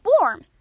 warm